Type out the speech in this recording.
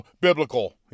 biblical